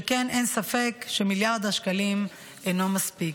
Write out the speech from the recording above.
שכן אין ספק שמיליארד השקלים אינם מספיקים.